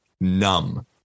numb